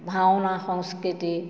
ভাওনা সংস্কৃতি